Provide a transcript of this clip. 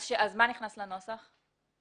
מה נכנס לנוסח?